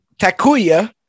Takuya